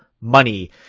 money